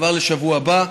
כבר לשבוע הבא,